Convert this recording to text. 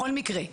בכל מקרה,